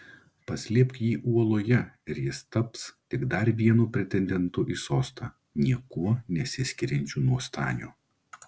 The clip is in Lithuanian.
paslėpk jį uoloje ir jis taps tik dar vienu pretendentu į sostą niekuo nesiskiriančiu nuo stanio